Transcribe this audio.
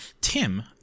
Tim